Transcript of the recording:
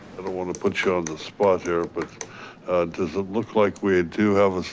i don't want to put you on the spot here. but does it look like we do have